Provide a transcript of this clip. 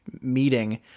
meeting